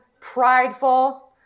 prideful